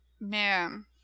man